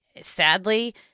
sadly